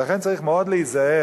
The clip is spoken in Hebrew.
לכן צריך מאוד להיזהר,